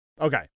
Okay